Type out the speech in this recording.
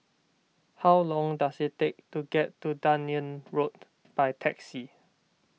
how long does it take to get to Dunearn Road by taxi